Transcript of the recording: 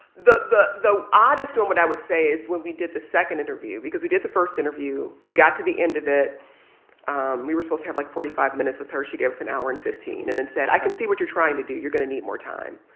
the the oddest one what i would say is when we did the second interview because we did the first interview we got to the end of it um we were supposed to have, like, forty five minutes with her. she gave us an hour and fifteen and then said, i can see what you're trying to do you're going to need more time